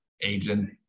agent